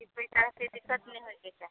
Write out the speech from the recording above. ई पैसा एतेक दिक्कत नहि होइके चाही